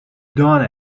done